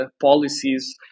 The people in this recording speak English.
policies